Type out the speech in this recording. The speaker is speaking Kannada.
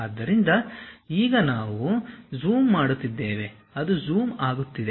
ಆದ್ದರಿಂದ ಈಗ ನಾವು ಜೂಮ್ ಮಾಡುತ್ತಿದ್ದೇವೆ ಅದು ಜೂಮ್ ಆಗುತ್ತಿದೆ